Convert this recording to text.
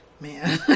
man